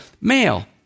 male